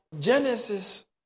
Genesis